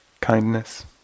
Kindness